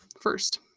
first